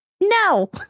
no